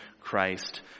Christ